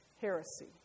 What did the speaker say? heresy